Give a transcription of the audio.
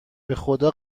بخدا